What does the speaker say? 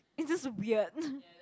it's just weird